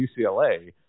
UCLA